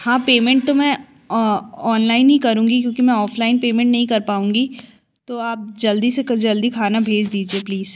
हाँ पेमेंट तो मैं ऑनलाइन ही करूँगी क्योंकि मैं ऑफ़लाइन पेमेंट नहीं कर पाऊँगी तो आप जल्दी से जल्दी खाना भेज दीजिए प्लीस